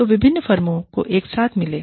तो विभिन्न फर्मों को एक साथ मिलें